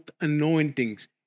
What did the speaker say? anointings